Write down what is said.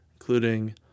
including